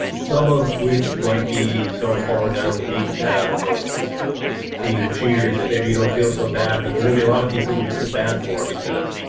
some of which might be so far down the beaten path of being cheaters and maybe you don't feel so bad but there's gonna be alot of people you feel bad for because.